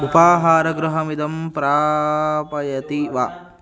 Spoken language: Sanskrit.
उपाहारगृहमिदं प्रापयति वा